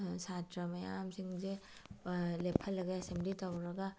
ꯁꯥꯇ꯭ꯔ ꯃꯌꯥꯝꯁꯤꯡꯁꯦ ꯂꯦꯞꯍꯜꯂꯒ ꯑꯦꯁꯦꯝꯕ꯭ꯂꯤ ꯇꯧꯔꯒ